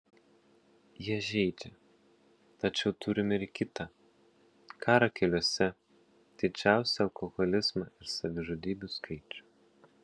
jie žeidžia tačiau turime ir kita karą keliuose didžiausią alkoholizmą ir savižudybių skaičių